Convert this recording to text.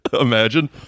Imagine